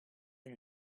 del